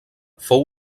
fou